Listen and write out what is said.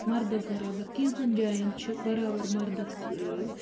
مردس برابر کٮ۪نژھن جاین چھِ برابر مردس